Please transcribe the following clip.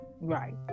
Right